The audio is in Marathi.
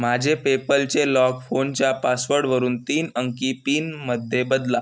माझे पेपलचे लॉक फोनच्या पासवर्डवरून तीन अंकी पिनमध्ये बदला